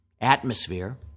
Atmosphere